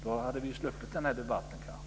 Då hade vi sluppit den här debatten, kanske.